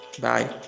Bye